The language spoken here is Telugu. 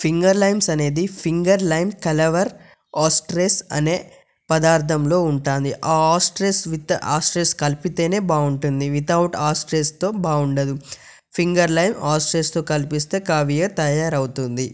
ఫింగర్ లైమ్స్ అనేది ఫింగర్ లైమ్ కలవర్ ఆస్ట్రెస్ అనే పదార్థంలో ఉంటుంది ఆ ఆస్ట్రెస్ విత్ ఆస్ట్రెస్తో కలిపితేనే బాగుంటుంది వితౌట్ ఆస్ట్రెస్తో బాగుండదు ఫింగర్ లైమ్ ఆస్ట్రెస్తో కలిపేస్తే కాఫీయర్ తయారు అవుతుంది